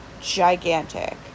gigantic